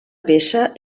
peça